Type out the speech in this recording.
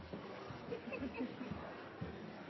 mai